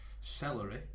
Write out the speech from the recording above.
celery